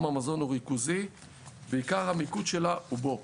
המזון הוא ריכוזי וכי עיקר המיקוד שלה הוא בו.